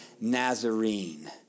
Nazarene